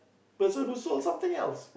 person who sold something else